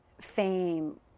fame